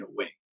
away